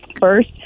First